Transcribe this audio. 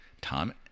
Tom